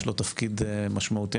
יש לו תפקיד משמעותי,